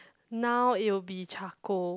now it will be charcoal